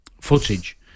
footage